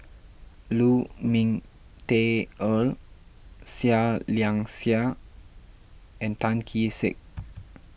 Lu Ming Teh Earl Seah Liang Seah and Tan Kee Sek